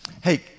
Hey